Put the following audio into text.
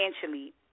financially